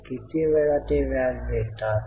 तर किती वेळा ते व्याज देतात